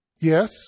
Yes